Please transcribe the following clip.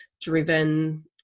driven